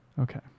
Okay